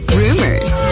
rumors